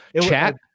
Chat